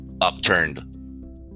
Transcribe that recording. upturned